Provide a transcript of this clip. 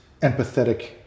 empathetic